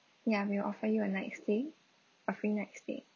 ya we will offer you a night stay a free night stay